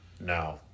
No